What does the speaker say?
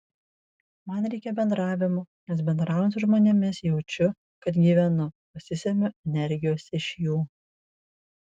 man reikia bendravimo nes bendraujant su žmonėmis jaučiu kad gyvenu pasisemiu energijos iš jų